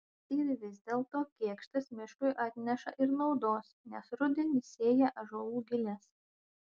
ir vis dėlto kėkštas miškui atneša ir naudos nes rudenį sėja ąžuolų giles